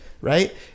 right